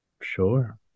Sure